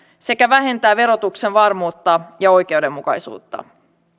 sekä vähentää verotuksen varmuutta ja oikeudenmukaisuutta